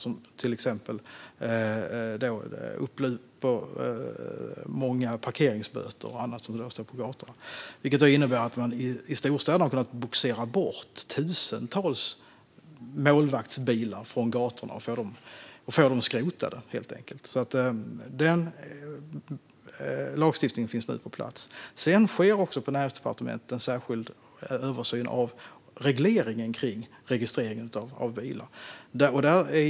Det handlar då till exempel om stora mängder upplupna parkeringsböter för bilar som står på gatorna. Förändringen innebär att man i storstäderna har kunnat bogsera bort tusentals målvaktsbilar från gatorna och fått dem skrotade. Denna lagstiftning finns nu på plats. På Näringsdepartementet görs också en särskild översyn av regleringen av registrering av bilar.